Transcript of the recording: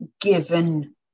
given